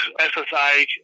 SSI